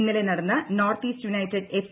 ഇന്നലെ നടന്ന north east united F